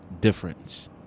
difference